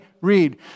Read